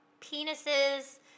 penises